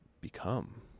become